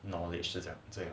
knowledge 这样就会